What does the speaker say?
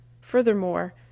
Furthermore